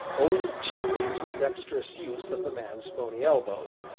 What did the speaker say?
owing chiefly to the dexterous use of the man's bony elbows,